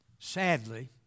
Sadly